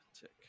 Tick